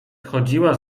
chodziła